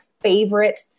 favorite